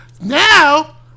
Now